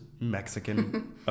Mexican